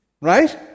Right